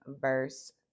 verse